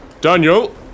Daniel